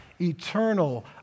eternal